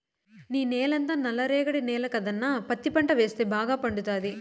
నీ నేలంతా నల్ల రేగడి నేల కదన్నా పత్తి పంట వేస్తే బాగా పండతాది